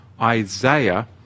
Isaiah